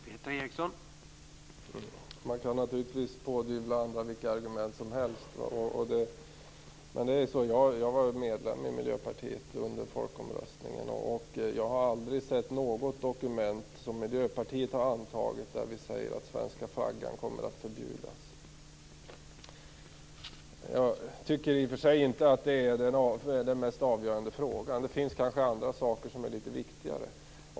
Herr talman! Man kan naturligtvis använda vilka argument som helst. Jag var medlem i Miljöpartiet vid folkomröstningen. Jag har inte sett något dokument som Miljöpartiet har antagit där det framgår att den svenska flaggan kommer att förbjudas. Det är inte den avgörande frågan. Det finns andra saker som är viktigare.